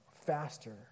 faster